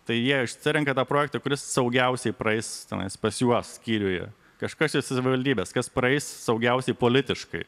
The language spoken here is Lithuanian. tai jie išsirenka tą projektą kuris saugiausiai praeis tenais pas juos skyriuje kažkas iš savivaldybės kas praeis saugiausi politiškai